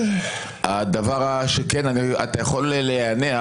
אתה יכול להיאנח,